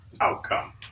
outcome